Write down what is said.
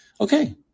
Okay